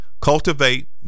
cultivate